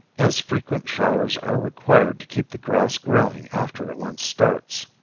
as frequent showers are required to keep the grass growing after it once starts.